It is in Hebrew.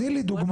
תני לי דוגמה.